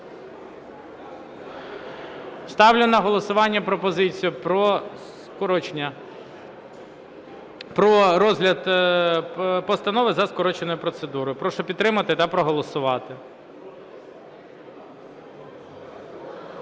Ставлю на голосування пропозицію про розгляд постанови за скороченою процедурою. Прошу підтримати та проголосувати.